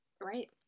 Right